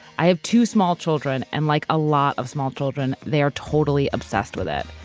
i have two small children and, like a lot of small children, they are totally obsessed with it.